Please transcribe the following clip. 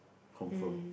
confirm